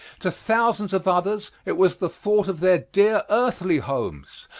to thousands of others it was the thought of their dear earthly homes,